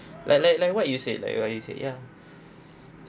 like like like what you said like what you said ya